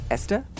Esther